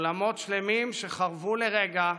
עולמות שלמים שחרבו ברגע.